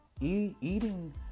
eating